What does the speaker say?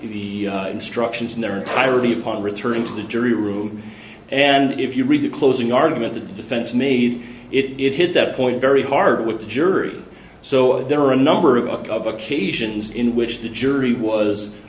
instructions in their entirety upon returning to the jury room and if you read the closing argument the defense made it hit that point very hard with the jury so there are a number of occasions in which the jury was